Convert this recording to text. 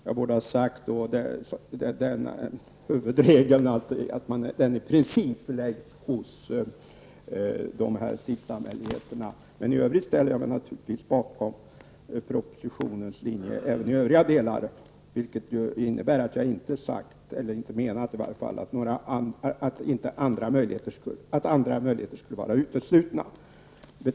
Jag borde ha sagt att huvudregeln är att huvudmannaskapet i princip ligger hos stiftssamfälligheterna inom svenska kyrkan. I övrigt ställer jag mig bakom propositionens linje. Det betyder inte att jag anser att andra möjligheter skall vara uteslutna.